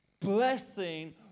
Blessing